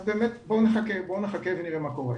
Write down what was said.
אז בואו נחכה ונראה מה קורה.